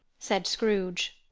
said scrooge.